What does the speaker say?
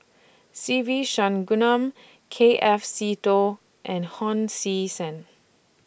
Se Ve K F Seetoh and Hon Sui Sen